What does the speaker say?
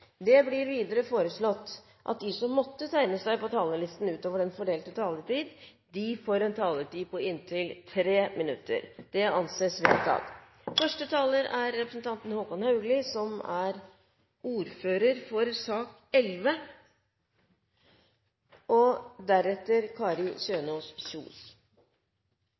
Videre blir det foreslått at de som måtte tegne seg på talerlisten utover den fordelte taletid, får en taletid på inntil 3 minutter. – Det anses vedtatt.